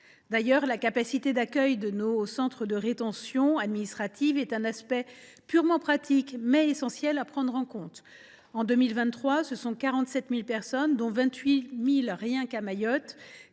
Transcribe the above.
D’ailleurs, la capacité d’accueil de nos CRA est un aspect purement pratique, mais essentiel, à prendre en compte. En 2023, ce sont 47 000 personnes, dont 28 000 rien qu’à Mayotte,